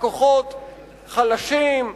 לקוחות חלשים,